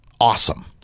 awesome